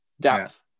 Depth